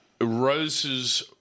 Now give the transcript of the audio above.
Rose's